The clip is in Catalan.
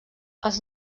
els